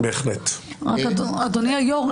אדוני היו"ר,